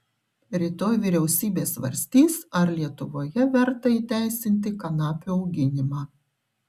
rytoj vyriausybė svarstys ar lietuvoje verta įteisinti kanapių auginimą